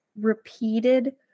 repeated